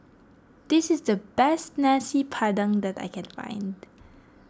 this is the best Nasi Padang that I can find